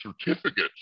certificates